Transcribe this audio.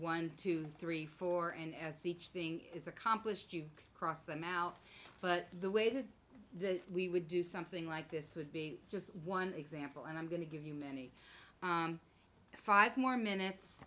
one two three four and as each thing is accomplished you cross them out but the way to the we would do something like this would be just one example and i'm going to give you many five more minutes